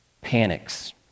panics